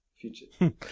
future